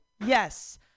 yes